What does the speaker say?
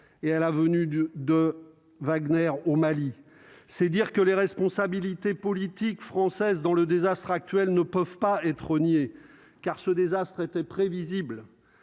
et à la venue du de Wagner au Mali, c'est dire que les responsabilités politiques françaises dans le désastre actuel ne peuvent pas être car ce désastre était prévisible,